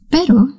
Pero